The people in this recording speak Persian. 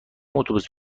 اتوبوس